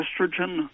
Estrogen